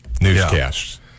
newscasts